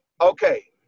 Okay